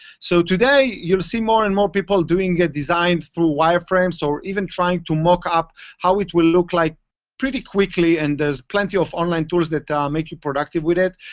so today, you'll see more and more people doing design through wire frames, or even trying to mock up how it will look like pretty quickly. and there's plenty of online tools that ah make you productive with it.